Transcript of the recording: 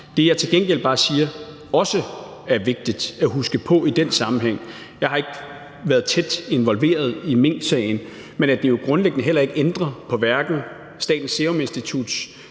som jeg til gengæld også bare siger er vigtigt at huske på i den sammenhæng – jeg har ikke været tæt involveret i minksagen – er jo, at det grundlæggende heller ikke ændrer på hverken Statens Serum Instituts